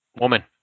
Woman